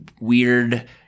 weird